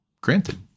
granted